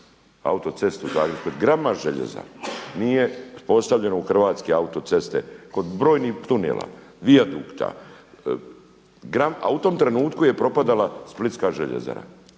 Zagreb-Split, gramak željeza nije postavljen u hrvatske auto-ceste kod brojnih tunela, vijadukta a u tom trenutku je propadala splitska Željezara